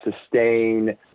sustain